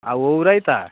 ଆଉ ଓଉ ରାଇତା